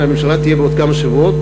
וממשלה תהיה בעוד כמה שבועות,